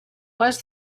was